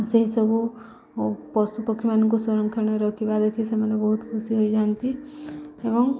ସେହିସବୁ ପଶୁପକ୍ଷୀମାନଙ୍କୁ ସଂରକ୍ଷଣ ରଖିବା ଦେଖି ସେମାନେ ବହୁତ ଖୁସି ହୋଇଯାନ୍ତି ଏବଂ